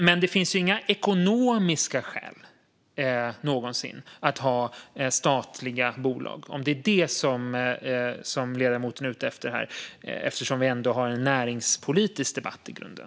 Men det finns aldrig någonsin några ekonomiska skäl att ha statliga bolag om det är vad ledamoten är ute efter här, eftersom vi ändå har en näringspolitisk debatt i grunden.